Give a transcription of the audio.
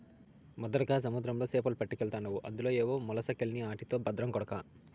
మొదటగా సముద్రంలో సేపలే పట్టకెల్తాండావు అందులో ఏవో మొలసకెల్ని ఆటితో బద్రం కొడకా